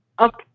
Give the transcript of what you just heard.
Okay